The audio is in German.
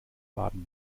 baden